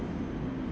mm